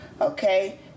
okay